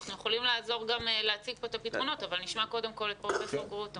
אנחנו יכולים להציג כאן את הפתרונות אבל נשמע קודם כל את פרופסור גרוטו.